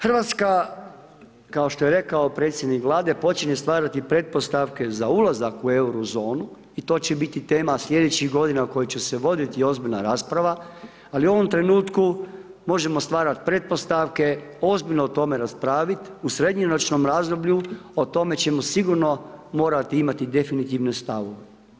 Hrvatska kao što je rekao predsjednik Vlade počinje stvarati pretpostavke za ulazak u eurozonu i to će biti tema sljedećih godina oko kojih će voditi ozbiljna rasprava, ali u ovom trenutku možemo stvarat pretpostavke ozbiljno o tome raspraviti, u srednjoročnom razdoblju o tome ćemo sigurno morati imati definitivne stavove.